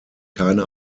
keine